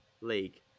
league